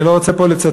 אני לא רוצה פה לצטט,